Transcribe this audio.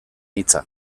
hitza